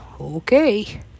okay